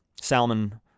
Salman